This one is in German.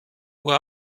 uhr